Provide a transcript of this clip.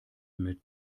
mit